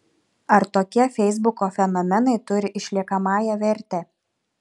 ar tokie feisbuko fenomenai turi išliekamąją vertę